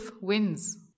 wins